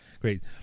great